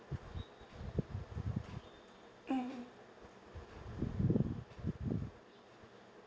mm